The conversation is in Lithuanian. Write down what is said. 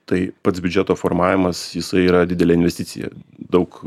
tai pats biudžeto formavimas jisai yra didelė investicija daug